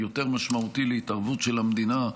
יותר משמעותי להתערבות של המדינה,